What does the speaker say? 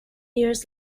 years